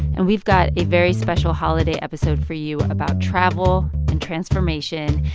and we've got a very special holiday episode for you about travel and transformation.